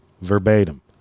verbatim